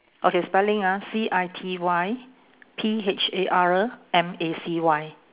okay spelling ah C I T Y P H A R M A C Y